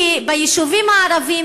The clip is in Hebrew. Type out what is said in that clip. כי ביישובים הערביים,